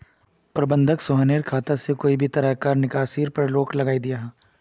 प्रबंधक सोहानेर खाता से कोए भी तरह्कार निकासीर पोर रोक लगायें दियाहा